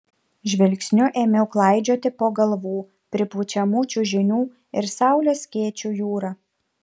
žvilgsniu ėmiau klaidžioti po galvų pripučiamų čiužinių ir saulės skėčių jūrą